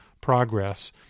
progress